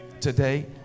today